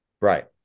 Right